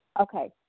Okay